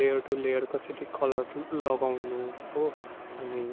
layer two layer कसरी colour लगाउनु हो अनि